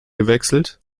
gewechselt